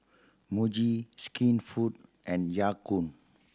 Muji Skinfood and Ya Kun